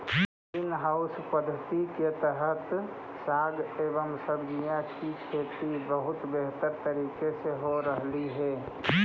green house पद्धति के तहत साग एवं सब्जियों की खेती बहुत बेहतर तरीके से हो रहलइ हे